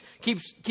keeps